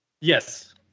Yes